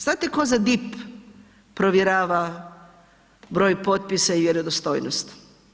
Znate tko za DIP provjera broj potpisa i vjerodostojnosti?